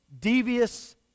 devious